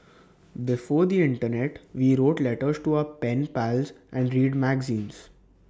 before the Internet we wrote letters to our pen pals and read magazines